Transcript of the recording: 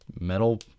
metal